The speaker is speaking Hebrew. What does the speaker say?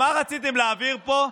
מה רציתם להעביר פה,